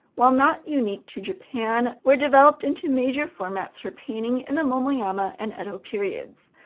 while not unique to japan, were developed into major formats for painting in the momoyama and edo periods.